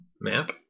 map